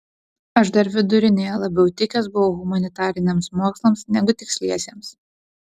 aš dar vidurinėje labiau tikęs buvau humanitariniams mokslams negu tiksliesiems